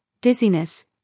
dizziness